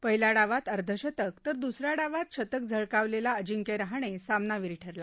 पहिल्या डावात अर्धशतक तर दुस या डावात शतक झळकावलेला अजिंक्य रहाणे सामनावीर ठरला